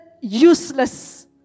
useless